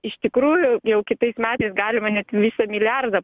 iš tikrųjų jau kitais metais galima net visą milijardą